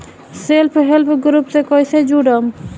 Self help group से कइसे जुड़म?